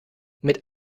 mit